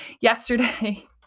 yesterday